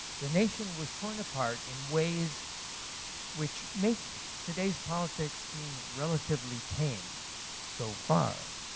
the nation was torn apart in ways which make today's politics seem relatively tame so far.